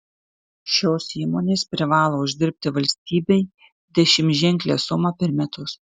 šios įmonės privalo uždirbti valstybei dešimtženklę sumą per metus